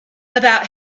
about